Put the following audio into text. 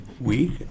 week